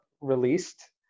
released